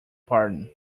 pardon